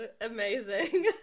amazing